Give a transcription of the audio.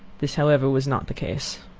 this however was not the case.